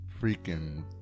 freaking